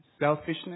selfishness